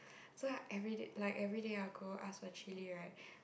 so I everyday like everyday I go I ask for chilli right